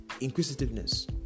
inquisitiveness